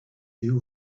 you